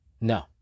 No